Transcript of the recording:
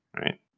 right